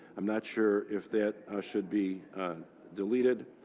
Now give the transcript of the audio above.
i'm not sure if that should be deleted.